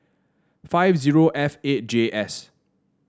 five zero F eight J S